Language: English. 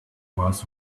was